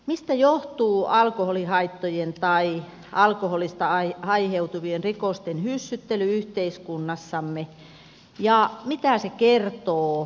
mistä johtuu alkoholihaittojen tai alkoholista aiheutuvien rikosten hyssyttely yhteiskunnassamme ja mitä se kertoo oikeusjärjestelmästämme